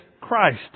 Christ